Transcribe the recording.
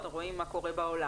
אנחנו רואים מה קורה בעולם.